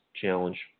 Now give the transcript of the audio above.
Challenge